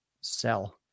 sell